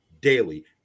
daily